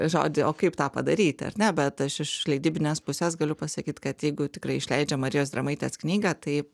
žodį o kaip tą padaryti ar ne bet aš iš leidybinės pusės galiu pasakyt kad jeigu tikrai išleidžiam marijos drėmaitės knygą tai